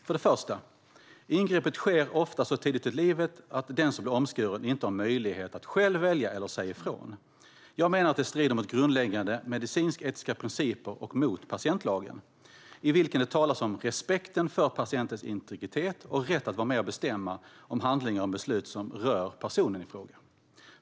För det första: Ingreppet sker oftast så tidigt i livet att den som blir omskuren inte har möjlighet att själv välja eller säga ifrån. Jag menar att det strider mot grundläggande medicinsk-etiska principer och mot patientlagen, i vilken det talas om respekten för patientens integritet och rätt att vara med och bestämma om handlingar och beslut som berör personen i fråga.